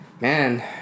man